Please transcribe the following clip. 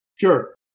Sure